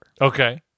Okay